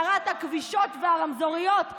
שרת הכבישות והרמזוריות גב'